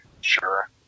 Sure